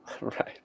Right